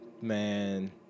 man